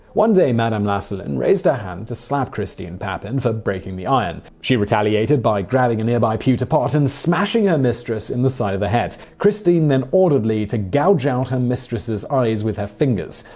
one day, madame lancelin raised her hand to slap christine papin for breaking the iron. she retaliated by grabbing a nearby pewter pot, and smashing her ah mistress in the side of the head. christine and ordered lea to gouge out her mistress's eyes with her fingers.